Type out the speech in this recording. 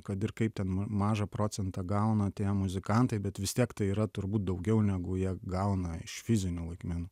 kad ir kaip ten mažą procentą gauna tie muzikantai bet vis tiek tai yra turbūt daugiau negu jie gauna iš fizinių laikmenų